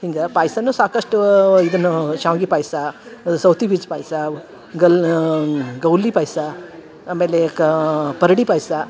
ಹಿಂಗೆ ಪಾಯಸನೂ ಸಾಕಷ್ಟು ಇದನ್ನು ಶಾವ್ಗೆ ಪಾಯಸ ಸೌತೆ ಬೀಜ ಪಾಯಸ ಗಲ್ನ ಗೌಲಿ ಪಾಯಸ ಆಮೇಲೆ ಕ ಪರಡಿ ಪಾಯಸ